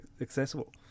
accessible